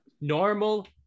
normal